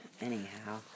Anyhow